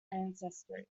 ancestry